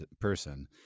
person